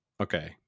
Okay